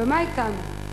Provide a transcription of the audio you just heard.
ומה אתנו,